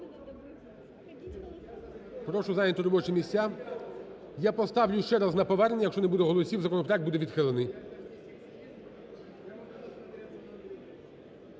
Прошу зайняти робочі місця. Я поставлю ще раз на повернення, якщо не буде голосів, законопроект буде відхилений.